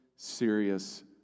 serious